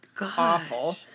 awful